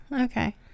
Okay